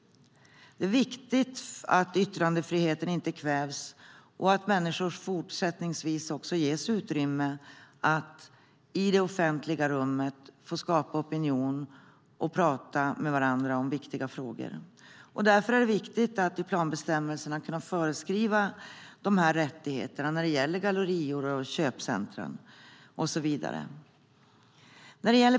Det är viktigt att yttrandefriheten inte kvävs och att människor även fortsättningsvis ges utrymme att i det offentliga rummet få skapa opinion och prata med varandra om viktiga frågor. Det är därför viktigt att man i planbestämmelserna föreskriver dessa rättigheter när det gäller gallerior och köpcentrum.